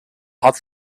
hat